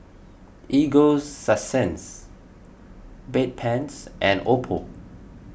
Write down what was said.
Ego Sunsense Bedpans and Oppo